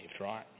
right